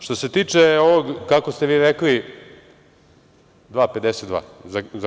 Što se tiče ovog, kako ste rekli …2,52.